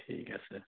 ঠিক আছে